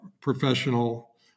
professional